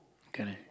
correct